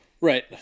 right